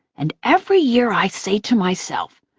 and every year i say to myself,